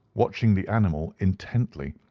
watching the animal intently,